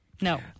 No